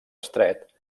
estret